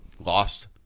Lost